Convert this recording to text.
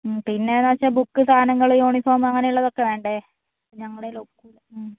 പിന്നെ എന്ന് വെച്ചാൽ ബുക്ക് സാധനങ്ങൾ യൂണിഫോം അങ്ങനെയുള്ളതൊക്കെ വേണ്ടേ ഞങ്ങളുടെ കൈയിൽ ഒട്ടും